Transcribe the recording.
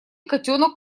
котенок